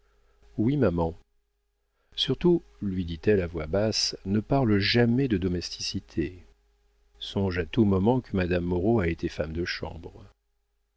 oui maman surtout lui dit-elle à voix basse ne parle jamais de domesticité songe à tout moment que madame moreau a été femme de chambre